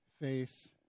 face